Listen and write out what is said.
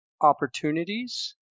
opportunities